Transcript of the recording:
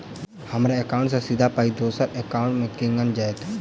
हम्मर एकाउन्ट सँ सीधा पाई दोसर एकाउंट मे केना जेतय?